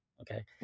Okay